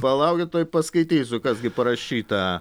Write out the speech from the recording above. palaukit tuoj paskaitysiu kas gi parašyta